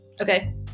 Okay